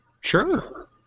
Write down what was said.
Sure